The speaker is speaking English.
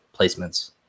placements